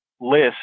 list